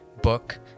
book